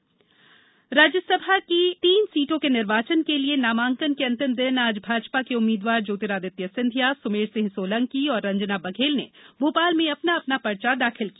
रास नामांकन राज्यसभा की तीन सीटों के निर्वाचन के लिए नामांकन के अंतिम दिन आज भाजपा के उम्मीदवार ज्योतिरादित्य सिंधिया सुमेर सिंह सोलंकी और रंजना बघेल ने भोपाल में अपना अपना पर्चा दाखिल किया